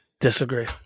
Disagree